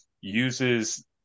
uses